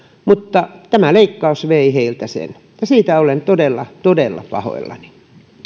mutta leikkaus vei heiltä sen siitä olen todella todella pahoillani